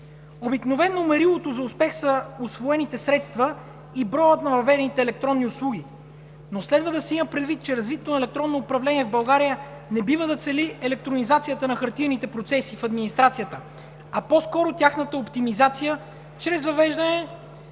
Обикновено мерилото за успех са усвоените средства и броят на въведените електронни услуги. Но следва да се има предвид, че развитието на електронно управление в България не бива да цели електронизацията на хартиените процеси в администрацията, а по скоро тяхната оптимизация чрез въвеждане